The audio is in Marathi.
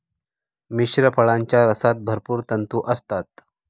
मिश्र फळांच्या रसात भरपूर तंतू असतात